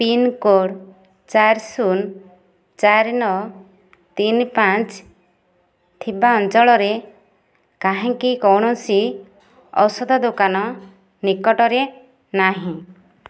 pincode ଚାରି ଶୂନ ଚାରି ନଅ ତିନି ପାଞ୍ଚ ଥିବା ଅଞ୍ଚଳରେ କାହିଁକି କୌଣସି ଔଷଧ ଦୋକାନ ନିକଟରେ ନାହିଁ